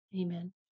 Amen